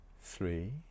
three